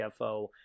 CFO